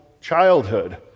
childhood